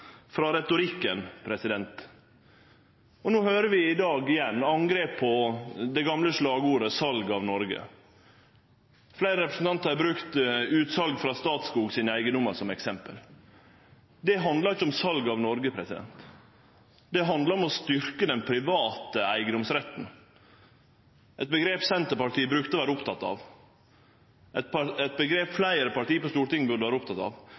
frå retorikken. Og no høyrer vi igjen i dag det gamle slagordet «Sal av Noreg». Fleire representantar har brukt utsal av Statskog sine eigedomar som eksempel. Det handlar ikkje om sal av Noreg. Det handlar om å styrkje den private eigedomsretten – eit omgrep Senterpartiet brukte å vere oppteke av, og eit omgrep fleire parti på Stortinget burde vere opptekne av,